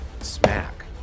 smack